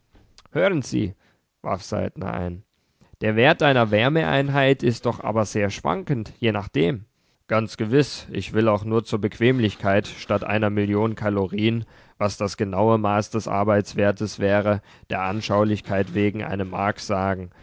hören sie warf saltner ein der wert einer wärmeeinheit ist doch aber sehr schwankend je nachdem ganz gewiß ich will auch nur zur bequemlichkeit statt einer million kalorien was das genaue maß des arbeitswertes wäre der anschaulichkeit wegen eine mark sagen